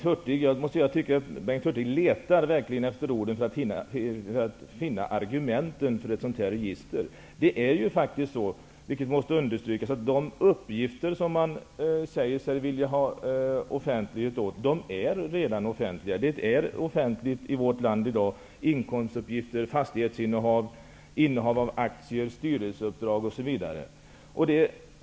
Fru talman! Bengt Hurtig söker verkligen efter orden när han försöker komma på argument för ett sådant här register. De uppgifter, detta måste understrykas, som man säger sig vilja ge offentlighet åt är redan offentliga. Uppgifter om inkomster, fastighetsinnehav, aktieinnehav, styrelseuppdrag osv. är redan offentliga i vårt land.